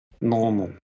normal